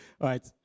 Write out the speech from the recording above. right